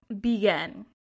begin